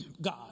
God